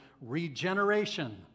regeneration